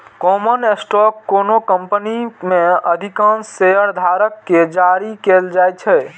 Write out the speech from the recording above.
common stock कोनो company मे अधिकांश शेयरधारक कें जारी कैल जाइ छै